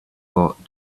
got